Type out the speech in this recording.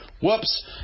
Whoops